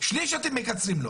אתם מקצרים לו.